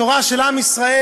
תורה של עם ישראל,